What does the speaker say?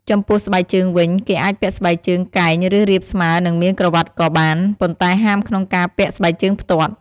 ចំពោះស្បែកជើងវិញ គេអាចពាក់ស្បែកជើងកែង ឬ រាបស្មើ និងមានក្រវាត់ក៏បាន ប៉ុន្តែហាមក្នុងការពាក់ស្បែកជើងផ្ទាត់ ។